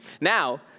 Now